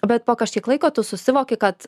bet po kažkiek laiko tu susivoki kad